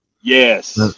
yes